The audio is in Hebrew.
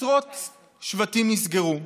עשרות שבטים נסגרו.